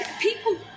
people